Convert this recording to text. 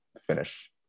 finish